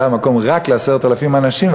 היה מקום רק ל-10,000 אנשים,